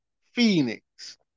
Phoenix